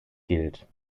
gilt